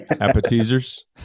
Appetizers